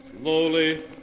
Slowly